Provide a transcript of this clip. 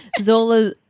Zola